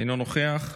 אינו נוכח,